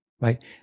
Right